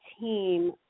team